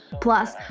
plus